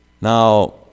Now